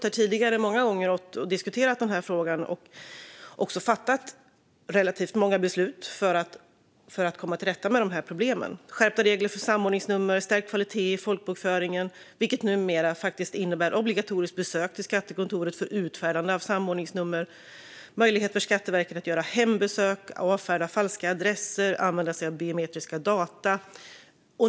Riksdagen har diskuterat denna fråga många gånger och också fattat relativt många beslut för att komma till rätta med problemen. Det handlar om skärpta regler för samordningsnummer, stärkt kvalitet i folkbokföringen, vilket numera innebär obligatoriskt besök till skattekontoret för utfärdande av samordningsnummer, möjlighet för Skatteverket att göra hembesök, avfärda falska adresser och använda sig av biometriska data.